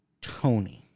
Tony